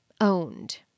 owned